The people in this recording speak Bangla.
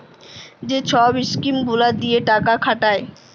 যে ছব ইস্কিম গুলা দিঁয়ে টাকা খাটায়